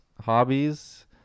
hobbies